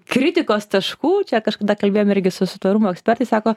kritikos taškų čia kažkada kalbėjom irgi su su tvarumo ekspertais sako